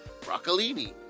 broccolini